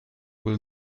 will